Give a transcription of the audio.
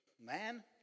man